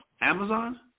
Amazon